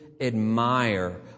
admire